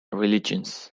religions